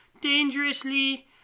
dangerously